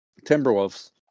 Timberwolves